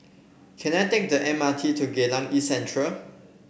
can I take the M R T to Geylang East Central